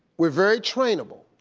we're very trainable.